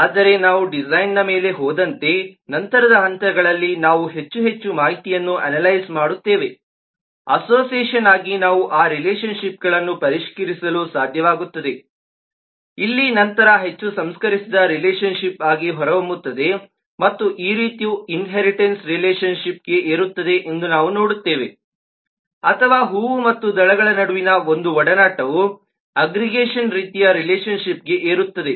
ಆದರೆ ನಾವು ಡಿಸೈನ್ನ ಮೇಲೆ ಹೋದಂತೆ ನಂತರದ ಹಂತಗಳಲ್ಲಿ ನಾವು ಹೆಚ್ಚು ಹೆಚ್ಚು ಮಾಹಿತಿಯನ್ನು ಅನಾಲೈಝ್ ಮಾಡುತ್ತೇವೆ ಅಸೋಸಿಯೇಷನ್ ಆಗಿ ನಾವು ಆ ರಿಲೇಶನ್ ಶಿಪ್ಗಳನ್ನು ಪರಿಷ್ಕರಿಸಲು ಸಾಧ್ಯವಾಗುತ್ತದೆ ಇಲ್ಲಿ ನಂತರ ಹೆಚ್ಚು ಸಂಸ್ಕರಿಸಿದ ರಿಲೇಶನ್ ಶಿಪ್ಆಗಿ ಹೊರಹೊಮ್ಮುತ್ತದೆ ಮತ್ತು ಈ ರೀತಿಯು ಇನ್ಹೇರಿಟನ್ಸ್ ರಿಲೇಶನ್ ಶಿಪ್ ಗೆ ಏರುತ್ತದೆ ಎಂದು ನಾವು ನೋಡುತ್ತೇವೆ ಅಥವಾ ಹೂವು ಮತ್ತು ದಳಗಳ ನಡುವಿನ ಒಂದು ಒಡನಾಟವು ಅಗ್ಗ್ರಿಗೇಷನ್ ರೀತಿಯ ರಿಲೇಶನ್ ಶಿಪ್ ಗೆ ಏರುತ್ತದೆ